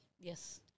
Yes